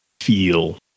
feel